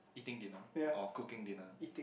eating dinner or cooking dinner